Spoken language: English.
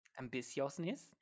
Ambitiousness